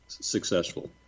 Successful